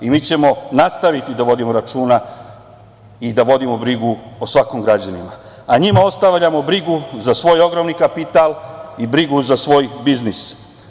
Mi ćemo i nastaviti da vodimo računa i da vodimo brigu o svakom građaninu, a njima ostavljamo brigu za svoj ogromni kapital i brigu za svoj biznis.